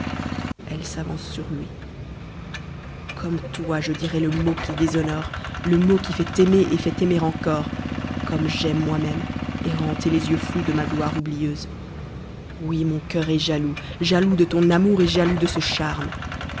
comme toi je dirais le mot qui déshonore le mot qui fait aimer et fait aimer encore comme j'aime moi-même errante et tes yeux tous de ma gloire oublieuse oui mon cœur est jaloux jaloux de ton amour et jaloux de ce charme